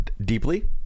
deeply